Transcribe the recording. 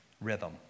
rhythm